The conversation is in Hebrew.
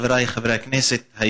חבריי חברי הכנסת,